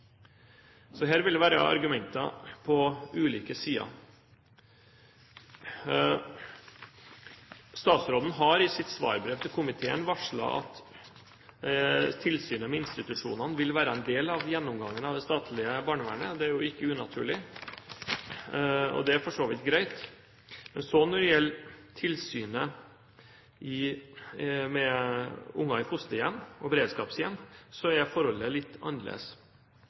Så her vil det være argumenter på ulike sider. Statsråden har i sitt svarbrev til komiteen varslet at tilsynet med institusjonene vil være en del av gjennomgangen av det statlige barnevernet. Det er jo ikke unaturlig, og det er for så vidt greit. Men når det så gjelder tilsynet med unger i fosterhjem og beredskapshjem, er forholdet litt